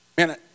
Man